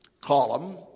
column